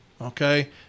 Okay